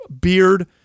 beard